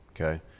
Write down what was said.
Okay